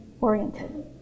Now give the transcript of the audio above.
oriented